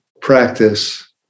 practice